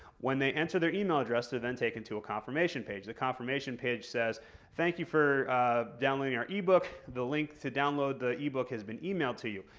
when they enter their email address they're then taken to a confirmation page. the confirmation page says thank you for downloading our ebook. the link to download the ebook has been emailed to you.